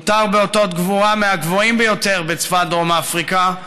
הוא עוטר באותות גבורה מהגבוהים ביותר בצבא דרום אפריקה,